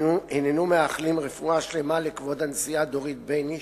הננו מאחלים רפואה שלמה לכבוד הנשיאה דורית בייניש,